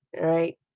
right